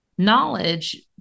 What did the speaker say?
Knowledge